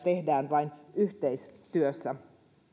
tehdään vain yhteistyössä